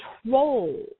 control